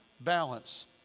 balance